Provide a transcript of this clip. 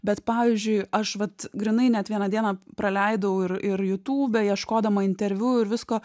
bet pavyzdžiui aš vat grynai net vieną dieną praleidau ir ir youtube ieškodama interviu ir visko